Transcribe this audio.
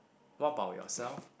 what about yourself